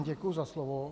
Děkuji za slovo.